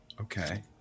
Okay